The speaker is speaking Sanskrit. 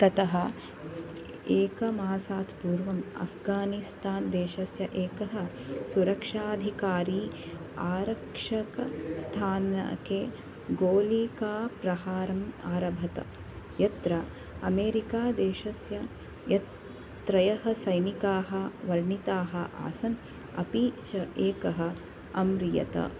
ततः एकमासात् पूर्वम् अफ्गानिस्तानदेशस्य एकः सुरक्षाधिकारी आरक्षकस्थानके गोलिकाप्रहारम् आरभत यत्र अमेरिकादेशस्य यत् त्रयः सैनिकाः व्रणिताः आसन् अपि च एकः अम्रियत